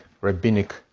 rabbinic